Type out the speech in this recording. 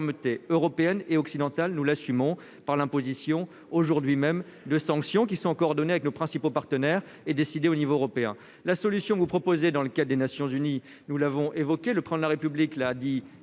européenne et occidentale, nous l'assumons par l'imposition aujourd'hui même de sanctions qui sont coordonnées avec nos principaux partenaires et décidé au niveau européen la solution que vous proposez, dans lequel des Nations-Unies, nous l'avons évoqué le prendre la République l'a dit